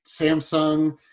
Samsung